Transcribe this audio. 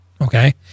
Okay